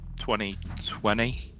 2020